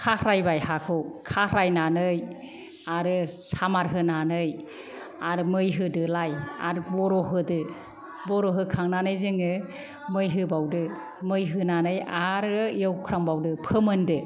खारहायबाय हाखौ खारहायनानै आरो सामार होनानै आर मै होदोलाय आर बर' होदो बर' होखांनानै जोङो मै होबावदो मै होनानै आरो एवख्रांबावदो फोमोनदो